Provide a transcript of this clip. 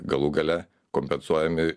galų gale kompensuojami